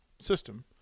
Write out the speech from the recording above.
system